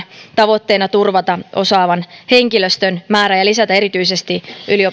tavoitteena turvata osaavan henkilöstön määrä ja lisätä erityisesti